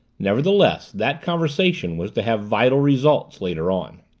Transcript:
nevertheless, that conversation was to have vital results later on.